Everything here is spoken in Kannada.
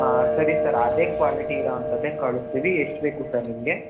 ಹಾಂ ಸರಿ ಸರ್ ಅದೇ ಕ್ವಾಲಿಟಿ ಇರೋ ಅಂತದ್ದೇ ಕಳಿಸ್ತೀವಿ ಎಷ್ಟು ಬೇಕು ಸರ್ ನಿಮಗೆ